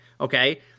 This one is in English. Okay